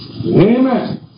Amen